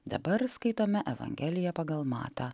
dabar skaitome evangeliją pagal matą